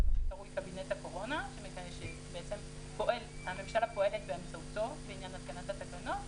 זה מה שנקרא קבינט הקורונה שהממשלה פועלת באמצעותו בעניין התקנת התקנות,